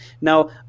Now